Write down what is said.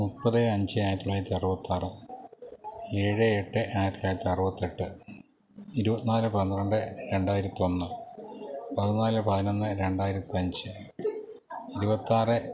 മുപ്പത് അഞ്ച് ആയിരത്തി തൊള്ളായിരത്തി അറുപത്താറ് ഏഴ് എട്ട് ആയിരത്തി തൊള്ളായിരത്തി അറുപത്തെട്ട് ഇരുപത്തി നാല് പന്ത്രണ്ട് രണ്ടായിരത്തൊന്ന് പതിനാല് പതിനൊന്ന് രണ്ടായിരത്തഞ്ച് ഇരുപത്താറ്